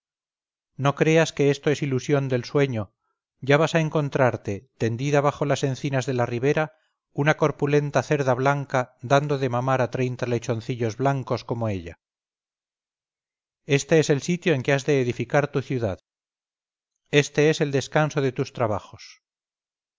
no creas que esto es ilusión del sueño ya vas a encontrarte tendida bajo las encinas de la ribera una corpulenta cerda blanca dando de mamar a treinta lechoncillos blancos como ella este es el sitio en que has de edificar tu ciudad este el descanso de tus trabajos